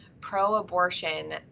pro-abortion